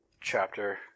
chapter